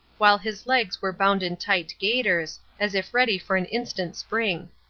while his legs were bound in tight gaiters, as if ready for an instant spring.